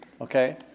Okay